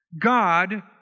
God